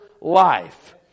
life